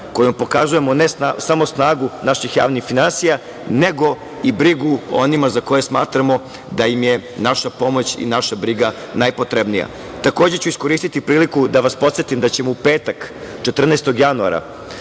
kojom pokazujemo ne samo snagu naših javnih finansija, nego i brigu o onima za koje smatramo da im je naša pomoć i naša briga najpotrebnija. Takođe ću iskoristiti priliku da vas podsetim da ćemo u petak 14. januara